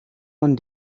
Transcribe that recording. man